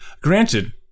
Granted